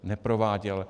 Neprováděl.